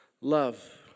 Love